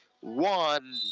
one